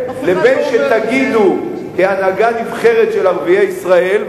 לבין שתגידו כהנהגה נבחרת של ערביי ישראל,